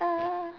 uh